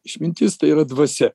išmintis tai yra dvasia